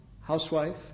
housewife